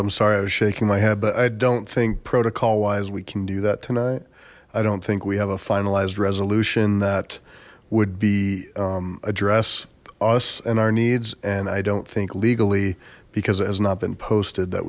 i'm sorry i was shaking my head but i don't think protocol wise we can do that tonight i don't think we have a finalized resolution that would be address us and our needs and i don't think legally because it has not been posted that